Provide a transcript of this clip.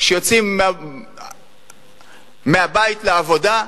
שיוצאים מהבית לעבודה,